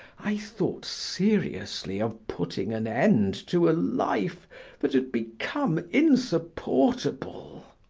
i thought seriously of putting an end to a life that had become insupportable.